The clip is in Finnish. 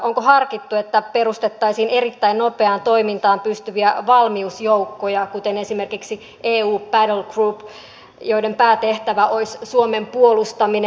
onko harkittu että perustettaisiin erittäin nopeaan toimintaan pystyviä valmiusjoukkoja kuten esimerkiksi eu battlegroup joiden päätehtävä olisi suomen puolustaminen